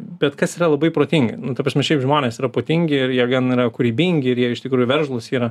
bet kas yra labai protingi nu ta prasme šiaip žmonės yra potingi ir jie gan yra kūrybingi ir jie iš tikrųjų veržlūs yra